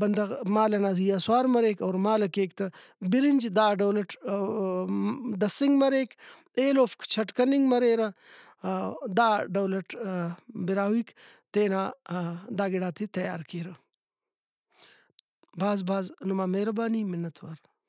بندغ مالہ نا زیہا سوار مریک اور مالہ کیک تہ برنج دا ڈولٹ دسنگ مریک ایلوفک چھٹ کننگ مریرہ دا ڈولٹ براہوئیک تینا داگڑاتے تیار کیرہ بھاز بھاز نما مہربانی منتوار